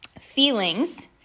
feelings